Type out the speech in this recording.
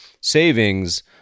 savings